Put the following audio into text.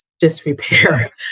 disrepair